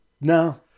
No